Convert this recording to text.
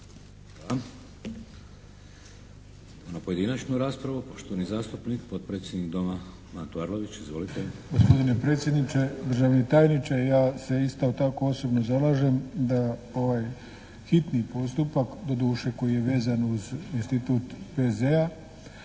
Na pojedinačnu raspravu. Poštovani zastupnik, potpredsjednik Doma Mato Arlović. Izvolite. **Arlović, Mato (SDP)** Gospodine predsjedniče, državni tajniče. Ja se isto tako osobno zalažem da ovaj hitni postupak, doduše koji je vezan uz institut PZ-a